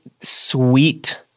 sweet